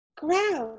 ground